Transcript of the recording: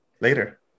later